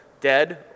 dead